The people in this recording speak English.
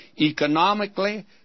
economically